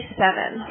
seven